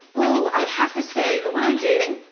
ooh, i would have to say the one i'm dating,